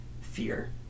fear